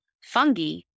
fungi